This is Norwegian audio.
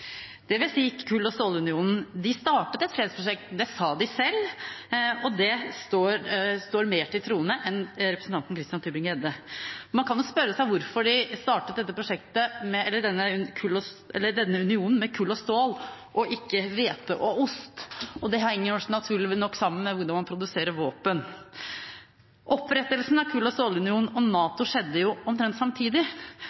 dvs. Kull- og stålunionen, startet et fredsprosjekt. Det sa de selv, og det står mer til troende enn representanten Christian Tybring-Gjeddes påstand. Man kan spørre seg hvorfor de startet denne unionen for kull og stål og ikke for hvete og ost. Det henger naturlig nok sammen med hvordan man produserer våpen. Opprettelsen av Kull- og stålunionen og